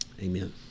Amen